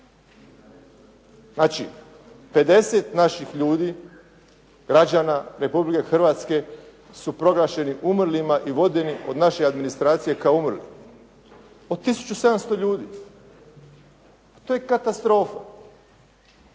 Znači 50 naših ljudi građana Republike Hrvatske su proglašeni umrlima i vođeni od naše administracije kao umrli od 1700 ljudi. Pa to je katastrofa.